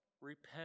repent